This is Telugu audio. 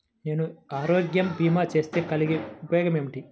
నేను ఆరోగ్య భీమా చేస్తే కలిగే ఉపయోగమేమిటీ?